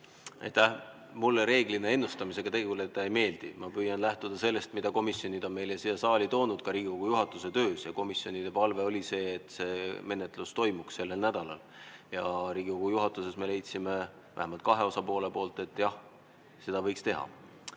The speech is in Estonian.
Mulle reeglina ennustamisega tegeleda ei meeldi. Ma püüan lähtuda sellest, mida komisjonid on meile siia saali toonud, ka Riigikogu juhatuse töös. Komisjonide palve oli see, et see menetlus toimuks sellel nädalal. Ja Riigikogu juhatuses me leidsime – vähemalt kaks osapoolt leidis nii –, et jah, seda võiks teha.